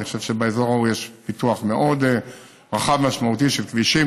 אני חושב שבאזור ההוא יש פיתוח מאוד רחב ומשמעותי של כבישים,